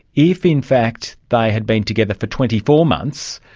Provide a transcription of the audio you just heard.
if in fact they had been together for twenty four months,